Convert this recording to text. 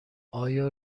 آیا